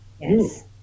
yes